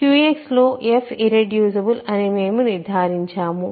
QX లో f irreducible అని మేము నిర్ధారించాము